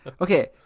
Okay